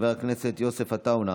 חבר הכנסת יוסף עטאונה,